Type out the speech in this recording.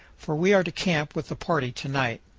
for we are to camp with the party to-night.